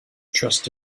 trust